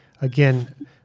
again